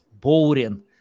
boring